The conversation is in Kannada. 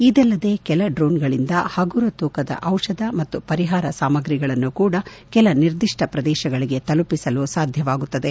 ಇದಲ್ಲದೆ ಕೆಲ ಡ್ರೋನ್ಗಳಿಂದ ಹಗುರ ತೂಕದ ದಿಷಧ ಮತ್ತು ಪರಿಹಾರ ಸಾಮಗ್ರಿಗಳನ್ನೂ ಕೂಡ ಕೆಲ ನಿರ್ದಿಷ್ಟ ಪ್ರದೇಶಗಳಿಗೆ ತಲುಪಿಸಲು ಸಾಧ್ಯವಾಗುತ್ತದೆ